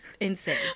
insane